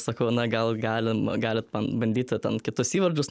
sakau na gal galima galit man bandyti ten kitus įvardžius